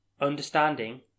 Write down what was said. Understanding